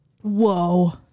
Whoa